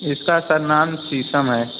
इसका सर नाम शीशम है